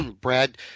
Brad